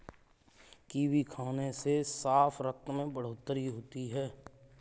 kiwi खाने से साफ रक्त में बढ़ोतरी होती है